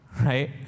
right